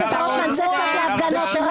אתה לא עושה עם